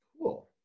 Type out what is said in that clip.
Cool